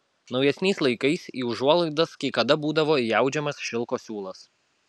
naujesniais laikais į užuolaidas kai kada būdavo įaudžiamas šilko siūlas